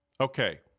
Okay